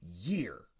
year